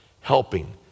helping